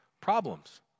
problems